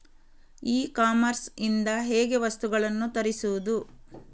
E commerce ಇಂದ ಹೇಗೆ ವಸ್ತುಗಳನ್ನು ತರಿಸುವುದು?